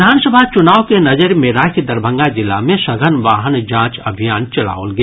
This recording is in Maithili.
विधानसभा चुनाव के नजरि मे राखि दरभंगा जिला मे सघन वाहन जांच अभियान चलाओल गेल